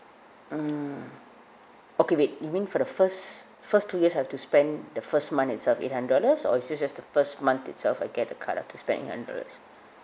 mm okay wait you mean for the first first two years I have to spend the first month itself eight hundred dollars or is it just the first month itself I get the card I have to spend eight hundred dollars